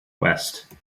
west